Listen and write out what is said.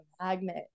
magnet